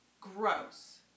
Gross